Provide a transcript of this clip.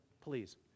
please